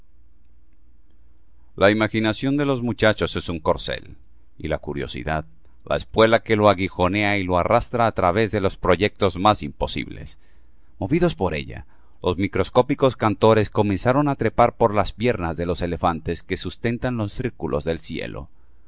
la imaginación de los muchachos es un corcel y la curiosidad la espuela que lo aguijonea y lo arrastra á través de los proyectos más imposibles movidos por ella los microscópicos cantores comenzaron á trepar por las piernas de los elefantes que sustentan los círculos del cielo